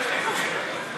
נתקבלה.